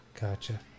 Gotcha